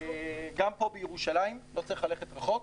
גם פה בירושלים, לא צריך ללכת רחוק.